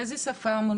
באיזו שפה?